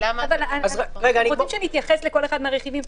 אתם רוצים שנתייחס לכל אחד מן הרכיבים?